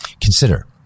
Consider